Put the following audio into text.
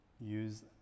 use